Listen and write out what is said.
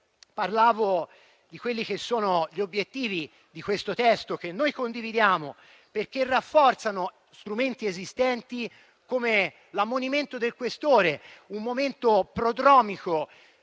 Parlavo di quelli che sono gli obiettivi di questo testo, che noi condividiamo, perché rafforzano strumenti esistenti, come l'ammonimento del questore. È un momento prodromico,